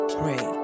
pray